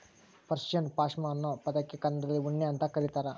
Persian ಪಾಷ್ಮಾ ಅನ್ನೋ ಪದಕ್ಕೆ ಕನ್ನಡದಲ್ಲಿ ಉಣ್ಣೆ ಅಂತ ಕರೀತಾರ